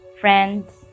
friends